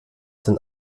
den